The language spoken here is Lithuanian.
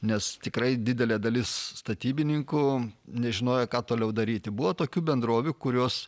nes tikrai didelė dalis statybininkų nežinojo ką toliau daryti buvo tokių bendrovių kurios